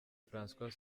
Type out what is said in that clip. françois